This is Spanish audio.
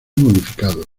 modificado